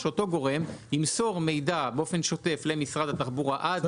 שאותו גורם ימסור מידע באופן שוטף למשרד התחבורה עד